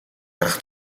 гаргах